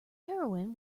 heroin